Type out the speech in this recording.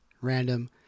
random